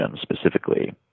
specifically